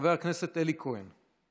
חבר הכנסת אלי כהן,